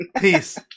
Peace